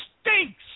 stinks